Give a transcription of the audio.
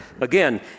again